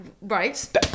right